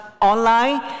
online